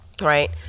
Right